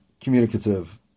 communicative